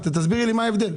תסבירי לי מה ההבדל.